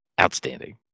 Outstanding